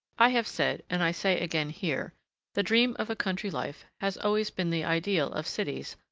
i have said, and i say again here the dream of a country-life has always been the ideal of cities,